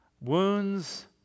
wounds